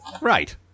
Right